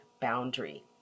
boundary